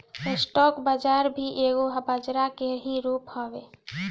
stock बाजार भी एगो बजरा के ही रूप हवे